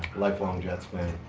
lifelong jets fan.